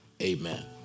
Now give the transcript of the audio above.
Amen